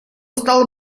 стало